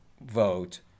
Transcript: vote